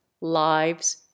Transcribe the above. lives